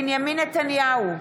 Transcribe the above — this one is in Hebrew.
נגד בנימין נתניהו,